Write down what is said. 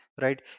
right